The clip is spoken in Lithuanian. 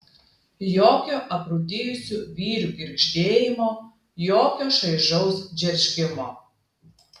jokio aprūdijusių vyrių girgždėjimo jokio šaižaus džeržgimo